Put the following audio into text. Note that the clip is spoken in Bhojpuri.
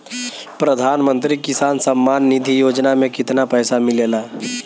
प्रधान मंत्री किसान सम्मान निधि योजना में कितना पैसा मिलेला?